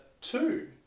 two